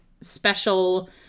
special